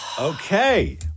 Okay